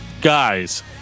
guys